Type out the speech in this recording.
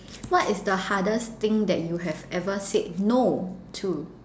what is the hardest thing that you have ever said no to